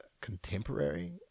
contemporary